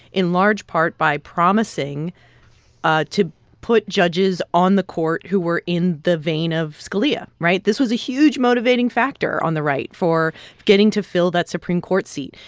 in large part by promising ah to put judges on the court who were in the vein of scalia, right? this was a huge motivating factor on the right for getting to fill that supreme court seat.